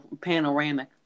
panoramic